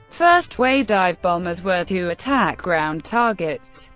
first wave dive bombers were to attack ground targets.